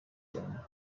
cyane